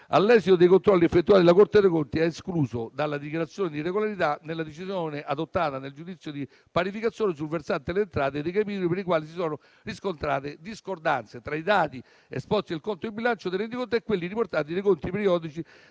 All'esito dei controlli effettuati la Corte dei conti ha escluso dalla dichiarazione di regolarità, nella Decisione adottata nel giudizio di parificazione, sul versante delle Entrate: i capitoli per i quali si sono riscontrate discordanze fra i dati esposti nel Conto di bilancio del Rendiconto e quelli riportati nei conti periodici